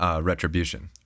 retribution